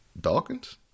Dawkins